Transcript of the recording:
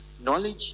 knowledge